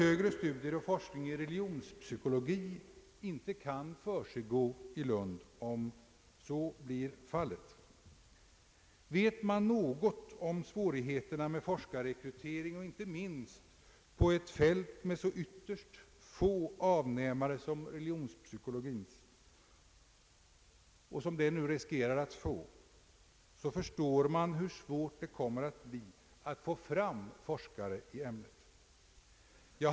högre studier och: forskning i reli gionspsykologi i så fall ej kommer att kunna försiggå i Lund. Vet man något om svårigheterna med forskarrekrytering och inte minst på ett fält med så ytterst få avnämare som religionspsykologien riskerar att få, förstår man hur svårt det kommer att bli att få fram forskare i ämnet.